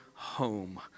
Home